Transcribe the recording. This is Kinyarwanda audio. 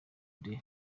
day